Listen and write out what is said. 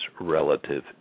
relative